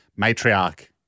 matriarch